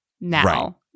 now